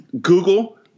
Google